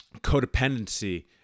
codependency